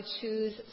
choose